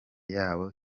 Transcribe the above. yabo